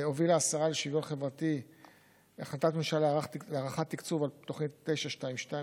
הובילה השרה לשוויון חברתי החלטת ממשלה להארכת תקצוב על פי תוכנית 922,